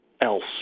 else